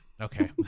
okay